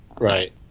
Right